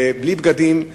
בלי בגדים,